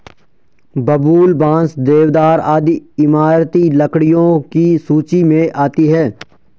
बबूल, बांस, देवदार आदि इमारती लकड़ियों की सूची मे आती है